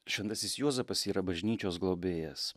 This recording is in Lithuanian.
šventasis juozapas yra bažnyčios globėjas